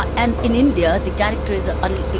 and in india, the character is ah ah